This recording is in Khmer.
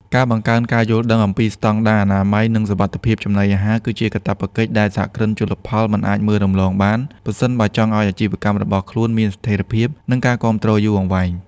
ការបង្កើនការយល់ដឹងអំពីស្តង់ដារអនាម័យ និងសុវត្ថិភាពចំណីអាហារ គឺជាកាតព្វកិច្ចដែលសហគ្រិនជលផលមិនអាចមើលរំលង ប្រសិនបើចង់ឱ្យអាជីវកម្មរបស់ខ្លួនមានស្ថិរភាព និងការគាំទ្រយូរអង្វែង។